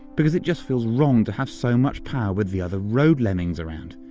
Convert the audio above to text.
because it just feels wrong to have so much power with the other road lemmings around.